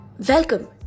Welcome